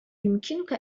يمكنك